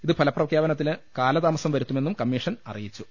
ഇത് ഫലപ്രഖ്യാപനത്തിന് കാലതാമസം വരു ത്തുമെന്നും കമ്മീഷൻ അറിയിച്ചു